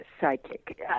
psychic